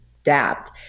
adapt